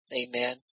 amen